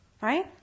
Right